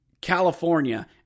California